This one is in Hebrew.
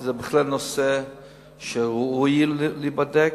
זה בהחלט נושא שראוי להיבדק,